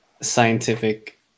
scientific